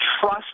trust